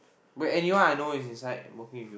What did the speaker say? got anyone I know is inside working with